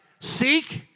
Seek